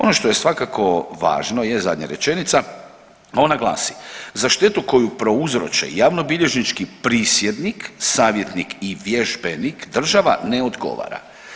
Ono što je svakako važno je zadnja rečenica, a ona glasi, za štetu koju prouzroče javnobilježnički prisjednik, savjetnik i vježbenik država ne odgovara.